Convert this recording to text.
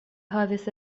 havis